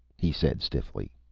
he said stiffly,